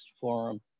forum